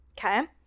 okay